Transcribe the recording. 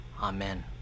Amen